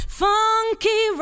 funky